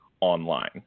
online